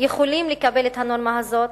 יכולים לקבל את הנורמה הזאת,